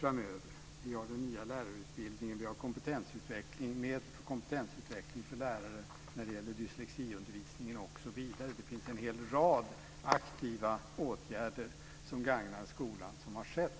Det har införts en ny lärarutbildning. Vi har fått en kompetensutveckling för lärare när det gäller dyslexiundervisning. Det har vidtagits en hel rad aktiva åtgärder som gagnar skolan